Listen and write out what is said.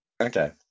Okay